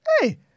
hey